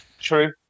True